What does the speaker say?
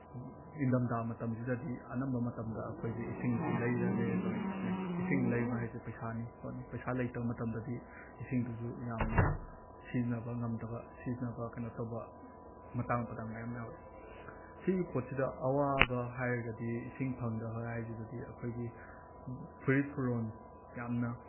ꯏꯟꯗꯝꯗꯥ ꯃꯇꯝꯁꯤꯗꯗꯤ ꯑꯅꯝꯕ ꯃꯇꯝꯗ ꯑꯩꯈꯣꯏꯁꯦ ꯏꯁꯤꯡꯁꯦ ꯂꯩꯔ ꯂꯩꯔꯒ ꯑꯣꯏꯅ ꯊꯛꯅꯩ ꯏꯁꯤꯡ ꯂꯩꯕ ꯍꯥꯏꯁꯦ ꯄꯩꯁꯥꯅꯤ ꯈꯣꯠꯅꯤ ꯄꯩꯁꯥ ꯂꯩꯇꯕ ꯃꯇꯝꯗꯗꯤ ꯏꯁꯤꯡꯗꯨꯁꯨ ꯌꯥꯝꯅ ꯁꯤꯖꯤꯟꯅꯕ ꯉꯝꯗꯕ ꯁꯤꯖꯤꯟꯅꯕ ꯀꯩꯅꯣ ꯇꯧꯕ ꯃꯇꯥꯡ ꯄꯇꯥꯡ ꯃꯌꯥꯝ ꯌꯥꯎꯔꯛꯑꯦ ꯁꯤꯒꯤ ꯄꯣꯠꯁꯤꯗ ꯑꯋꯥꯕ ꯍꯥꯏꯔꯒꯗꯤ ꯏꯁꯤꯡ ꯐꯪꯗꯕ ꯀꯥꯏꯁꯤꯗꯗꯤ ꯑꯩꯈꯣꯏꯒꯤ ꯐꯨꯔꯤꯠ ꯐꯤꯔꯣꯟ ꯌꯥꯝꯅ